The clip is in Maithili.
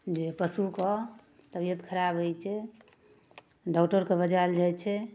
जे पशुके तबियत खराब हैय छै डॉक्टरके बजायल जाइ छै